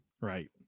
Right